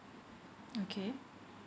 okay